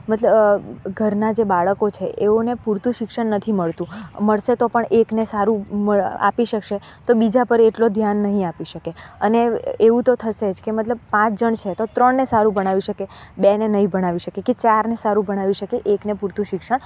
મતલબ ઘરના જે બાળકો છે તેઓને પૂરતું શિક્ષણ નથી મળતું મળશે તો પણ એકને સારું આપી શકશે તો બીજા પર એટલો ધ્યાન નહીં આપી શકે અને એવું તો થશે જ કે મતલબ પાંચ જણ છે તો ત્રણને સારું ભણાવી શકે બેને નહીં ભણાવી શકે કે કે ચારને સારું ભણાવી શકે એકને પૂરતું શિક્ષણ